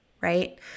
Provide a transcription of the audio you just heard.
right